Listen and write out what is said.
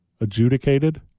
adjudicated